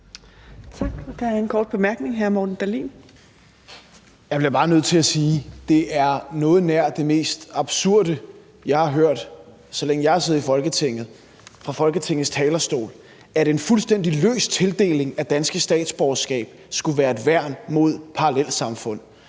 Jeg bliver bare nødt til at sige, at det er noget nær det mest absurde, jeg har hørt fra Folketingets talerstol, så længe jeg har siddet i Folketinget, altså at en fuldstændig løs tildeling af dansk statsborgerskab skulle være et værn mod parallelsamfund.